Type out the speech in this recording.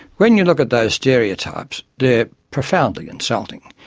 when you look at those stereotypes, they are profoundly insulting.